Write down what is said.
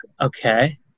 okay